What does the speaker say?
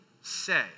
say